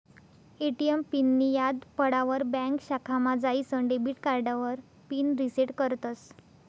ATM पिननीं याद पडावर ब्यांक शाखामा जाईसन डेबिट कार्डावर पिन रिसेट करतस